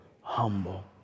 humble